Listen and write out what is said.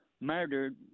murdered